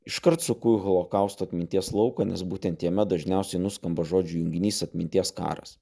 iškart suku į holokausto atminties lauką nes būtent jame dažniausiai nuskamba žodžių junginys atminties karas